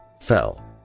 fell